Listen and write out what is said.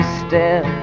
step